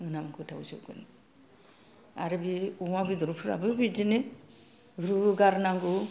मोनामखोदावजोबगोन आरो बे अमा बेदर फ्राबो बिदिनो रुगारनांगौ